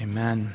Amen